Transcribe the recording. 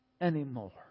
anymore